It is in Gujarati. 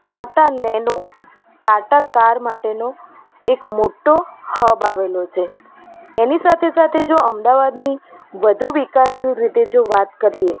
ટાટા નેનો ટાટા કાર માટેનો એક મોટો હબ આવેલો છે એની સાથે સાથે જો અમદાવાદની વધુ વિકાસ રીતે જો વાત કરીએ